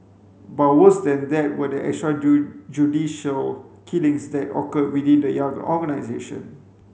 but worse than that were the extra killings that occurred within the young organisation